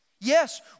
Yes